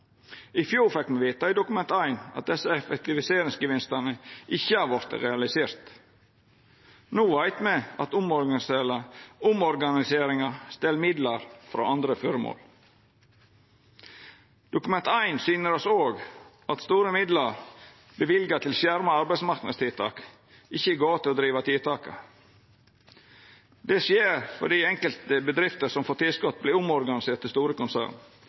I fjor fekk me vita i Dokument 1 at desse effektiviseringsgevinstane ikkje har vorte realiserte. No veit me at omorganiseringa stel midlar frå andre føremål. Dokument 1 syner oss òg at store midlar løyvde til skjerma arbeidsmarknadstiltak ikkje går til å driva tiltaka. Det skjer fordi enkelte bedrifter som får tilskot, vert omorganiserte til store konsern.